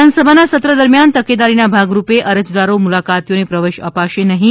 વિધાનસભાના સત્ર દરમિયાન તકેદારીના ભાગરૂપે અરજદારો મુલાકાતીઓને પ્રવેશ અપાશે નહીં